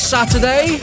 Saturday